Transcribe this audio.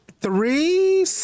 Three